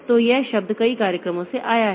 तो यह शब्द कई कार्यक्रम से आया है